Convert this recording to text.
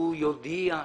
- לכך שהוא יודיע לנגידה.